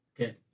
Okay